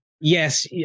yes